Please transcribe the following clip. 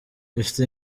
afite